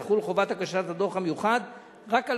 תחול חובת הגשת הדוח המיוחד רק על